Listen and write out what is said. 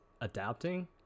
adapting